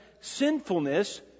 sinfulness